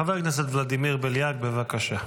חבר הכנסת ולדימיר בליאק, בבקשה.